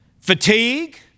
fatigue